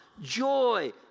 joy